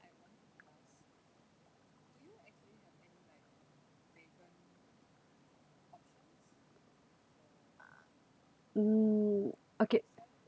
um okay